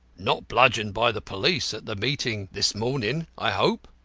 not bludgeoned by the police at the meeting this morning, i hope?